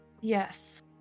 Yes